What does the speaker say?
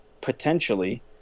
potentially